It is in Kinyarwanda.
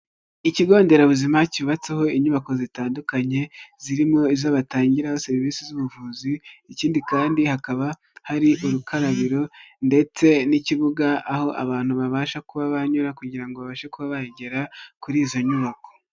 Ikigo nderabuzima cyubatseho inyubako zitandukanye, zirimo iz batangira serivisi z'ubuvuzi, ikindi kandi hakaba hari urukarabiro ndetse n'ikibuga aho abantu babasha kuba banyura kugira ngo babashe kubagera kuri izo nyubako.